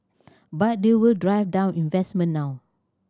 but they will drive down investment now